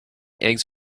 eggs